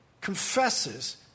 confesses